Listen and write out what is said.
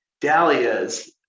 dahlias